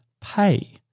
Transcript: pay